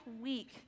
week